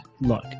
Look